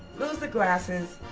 lose the glasses,